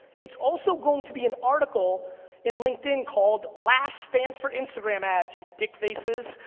it's also going to be an article in linkedin called last stance for instagram ads, you dick faces.